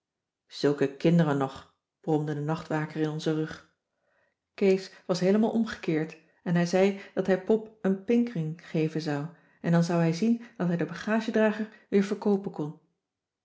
zulke kinderen nog bromde de nachtwaker in onzen rug kees was heelemaal omgekeerd en hij zei dat hij pop een pinkring geven zou en dan zou hij zien dat hij den bagagedrager weer verkoopen kon